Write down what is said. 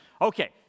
Okay